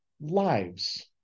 lives